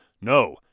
No